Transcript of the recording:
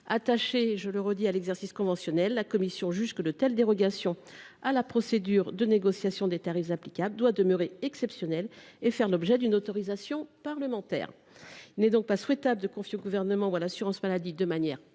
attachée à l’exercice conventionnel, elle juge que de telles dérogations à la procédure de négociation des tarifs applicables doivent demeurer exceptionnelles et faire l’objet d’une autorisation parlementaire. Il n’est, selon nous, pas souhaitable de confier au Gouvernement ou à l’assurance maladie la faculté